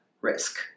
risk